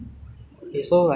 like the speaking ah